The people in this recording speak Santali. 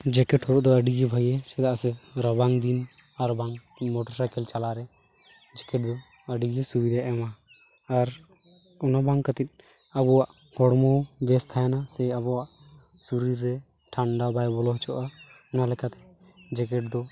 ᱡᱮᱠᱮᱴ ᱦᱚᱨᱚᱜ ᱫᱚ ᱟᱹᱰᱤ ᱜᱮ ᱵᱷᱟᱹᱜᱤᱭᱟ ᱪᱮᱫᱟᱜ ᱥᱮ ᱨᱟᱵᱟᱝ ᱫᱤᱱ ᱟᱨᱵᱟᱝ ᱢᱚᱴᱚᱨ ᱥᱟᱭᱠᱮᱞ ᱪᱟᱞᱟᱣ ᱨᱮ ᱡᱮᱠᱮᱴ ᱫᱚ ᱟᱹᱰᱤᱜᱮ ᱥᱩᱵᱤᱫᱟᱭ ᱮᱢᱟ ᱟᱨ ᱚᱱᱟ ᱵᱟᱝᱠᱷᱟᱛᱤᱨ ᱟᱵᱚᱣᱟᱜ ᱦᱚᱲᱢᱚ ᱵᱮᱥ ᱛᱟᱦᱮᱱᱟ ᱥᱮ ᱟᱵᱚᱣᱟᱜ ᱥᱚᱨᱤᱨ ᱨᱮ ᱴᱷᱟᱱᱰᱟ ᱵᱟᱭ ᱵᱚᱞᱚ ᱦᱚᱪᱚᱣᱟᱜᱼᱟ ᱚᱱᱟᱞᱮᱠᱟᱛᱮ ᱡᱮᱠᱮᱴ ᱫᱚ